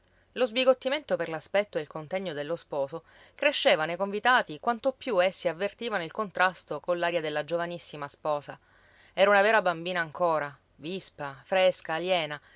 lo sbigottimento per l'aspetto e il contegno dello sposo cresceva nei convitati quanto più essi avvertivano il contrasto con l'aria della giovanissima sposa era una vera bambina ancora vispa fresca aliena